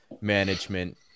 management